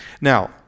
now